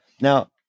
Now